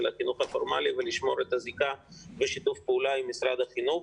החינוך הפורמלי ולשמור את הזיקה לשיתוף פעולה עם משרד החינוך.